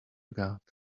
god